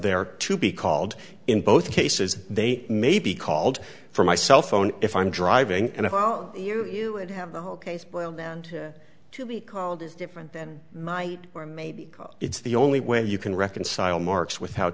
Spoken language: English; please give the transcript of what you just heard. there to be called in both cases they may be called from my cell phone if i'm driving and if you would have the whole case boiled down and to be called is different than might or maybe it's the only way you can reconcile marks without